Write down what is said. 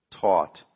Taught